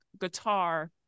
guitar